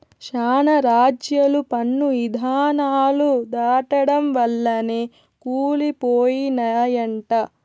శానా రాజ్యాలు పన్ను ఇధానాలు దాటడం వల్లనే కూలి పోయినయంట